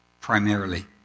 Primarily